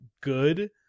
good